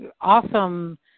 awesome